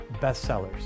bestsellers